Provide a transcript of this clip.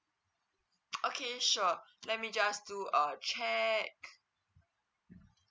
okay sure let me just do a check